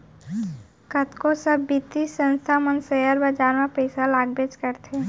कतको सब बित्तीय संस्था मन सेयर बाजार म पइसा लगाबेच करथे